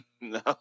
No